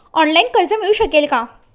Online कर्ज मिळू शकेल का?